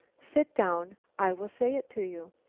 sit down. i will say it to you.